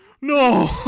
no